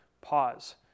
pause